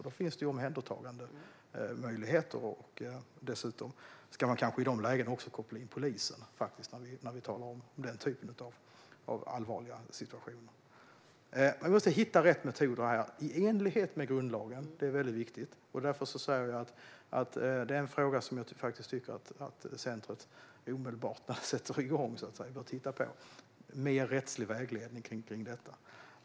Då finns det omhändertagandemöjligheter. Dessutom ska man kanske också koppla in polisen när det är den typen av allvarliga situationer. Men vi måste hitta rätt metoder som är i enlighet med grundlagen. Det är väldigt viktigt. Det är en fråga som jag tycker att centrumet omedelbart ska titta på. Det handlar om mer rättslig vägledning kring detta.